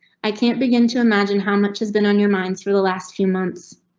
i can't begin to imagine how much has been on your mind for the last few months.